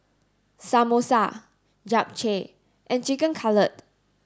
Samosa Japchae and Chicken Cutlet